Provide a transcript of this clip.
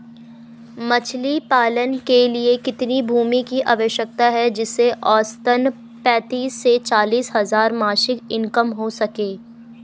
मछली पालन के लिए कितनी भूमि की आवश्यकता है जिससे औसतन पैंतीस से चालीस हज़ार मासिक इनकम हो सके?